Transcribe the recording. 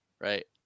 right